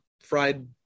fried